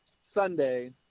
sunday